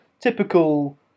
typical